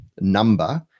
number